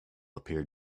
appeared